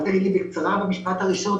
אל תגיד לי "בקצרה" כבר במשפט הראשון.